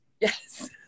Yes